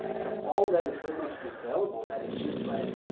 so all that and so much is available that it's just like,